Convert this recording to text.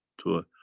to a,